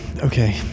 okay